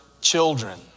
children